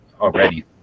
already